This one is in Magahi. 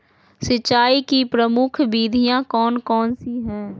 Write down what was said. सिंचाई की प्रमुख विधियां कौन कौन सी है?